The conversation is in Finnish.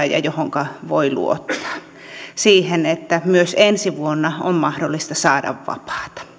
ja johonka voi luottaa siihen että myös ensi vuonna on mahdollista saada vapaata